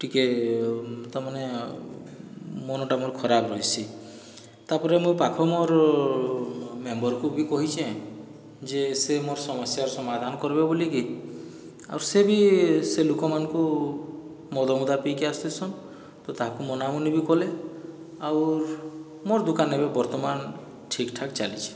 ଟିକେ ତା ମାନେ ମନଟା ମୋର ଖରାପ ରହିସି ତାପରେ ମୁଇଁ ପାଖ ମୋର ମେମ୍ବରକୁ ବି କହିଛେଁ ଯେ ସେ ମୋର ସମସ୍ୟାର ସମାଧାନ କରିବେ ବୋଲିକି ଆଉର୍ ସେ ବି ସେ ଲୋକମାନଙ୍କୁ ମଦ ମୁଦା ପିଇକି ଆସଥିସନ୍ ତ ତାହାଙ୍କୁ ମନାମନି କଲେ ଆଉର୍ ମୋର୍ ଦୋକାନର ବି ବର୍ତ୍ତମାନ ଠିକ୍ ଠାକ୍ ଚାଲିଛି